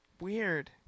Weird